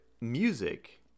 music